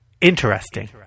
interesting